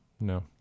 no